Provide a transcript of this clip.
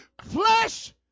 Flesh